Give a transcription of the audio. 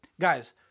guys